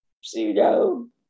pseudo